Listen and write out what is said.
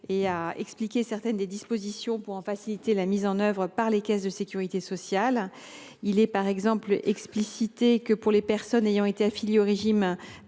et à expliciter certaines dispositions pour en faciliter la mise en œuvre par les caisses de sécurité sociale. Il est ainsi précisé que, pour les personnes ayant été affiliées au régime